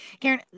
Karen